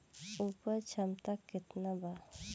उपज क्षमता केतना वा?